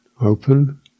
open